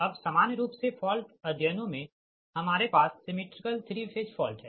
अब सामान्य रूप से फॉल्ट अध्ययनों में हमारे पास सिमेट्रिकल 3 फेज फॉल्ट है